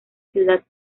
ciudad